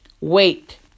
Wait